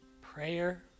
prayer